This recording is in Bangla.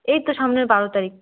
এই তো সামনের বারো তারিখ